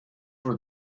were